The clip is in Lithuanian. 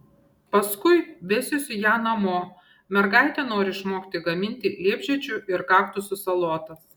paskui vesiuosi ją namo mergaitė nori išmokti gaminti liepžiedžių ir kaktusų salotas